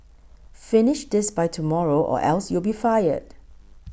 finish this by tomorrow or else you'll be fired